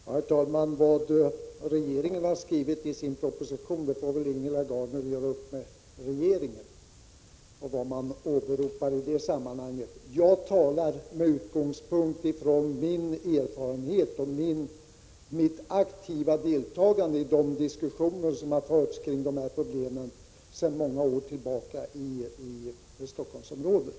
Herr talman! Vad regeringen har skrivit i propositionen får väl Ingela Gardner göra upp med regeringen. Jag talar med utgångspunkt från min erfarenhet och mitt aktiva deltagande i de diskussioner som förts kring dessa frågor sedan många år tillbaka i Stockholmsområdet.